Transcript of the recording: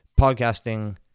podcasting